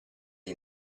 gli